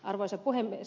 arvoisa puhemies